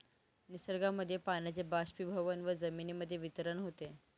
निसर्गामध्ये पाण्याचे बाष्पीभवन व जमिनीमध्ये वितरण होते